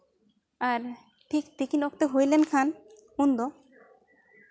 ᱟᱨ ᱛᱤᱠᱤᱱ ᱚᱠᱛᱚ ᱦᱩᱭ ᱞᱮᱱᱠᱷᱟᱱ ᱩᱱᱫᱚ